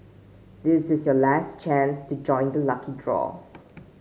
this is your last chance to join the lucky draw